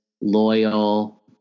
loyal